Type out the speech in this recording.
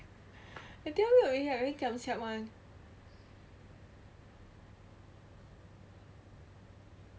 I tell you already I very giam siap [one]